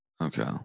okay